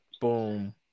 Boom